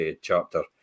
chapter